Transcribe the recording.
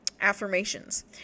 affirmations